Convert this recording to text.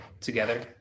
together